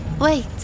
Wait